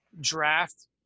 draft